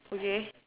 okay